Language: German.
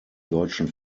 deutschen